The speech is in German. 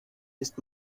ist